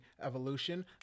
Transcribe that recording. Evolution